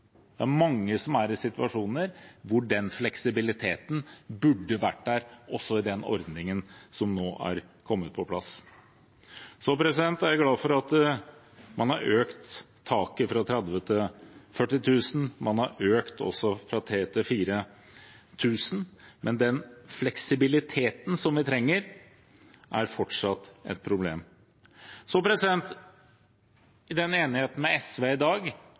Det er mange som er i situasjoner hvor den fleksibiliteten burde vært der, også i den ordningen som nå er kommet på plass. Så er jeg glad for at man har økt taket fra 30 000 til 40 000, og at man har økt også fra 3 000 til 4 000, men den fleksibiliteten som vi trenger, er fortsatt et problem. I enigheten med SV i dag